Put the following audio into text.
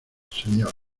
señor